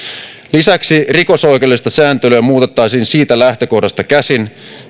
lisäksi rikosoikeudellista sääntelyä muutettaisiin siitä lähtökohdasta käsin